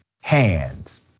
hands